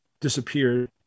disappeared